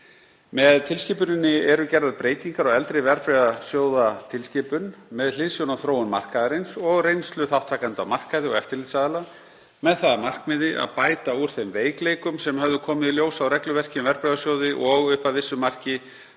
Með tilskipuninni eru gerðar breytingar á eldri verðbréfasjóðatilskipun með hliðsjón af þróun markaðarins og reynslu þátttakenda á markaði og eftirlitsaðila með það að markmiði að bæta úr þeim veikleikum sem höfðu komið í ljós á regluverki um verðbréfasjóði og upp að vissu marki